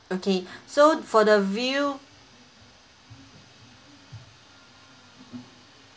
okay so for the view